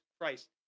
Christ